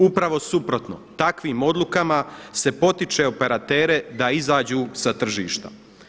Upravo suprotno, takvim odlukama se potiče operatere da izađu sa tržišta.